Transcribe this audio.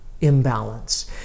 imbalance